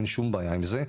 אין שום בעיה עם זה,